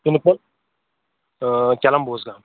تلہٕ پَمپ کٮ۪لم بوز گام